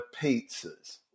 pizzas